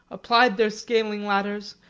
applied their scaling ladders,